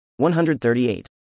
138